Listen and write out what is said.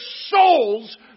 souls